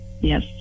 yes